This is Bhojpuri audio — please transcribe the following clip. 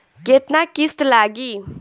केतना किस्त लागी?